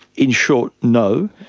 in short, no.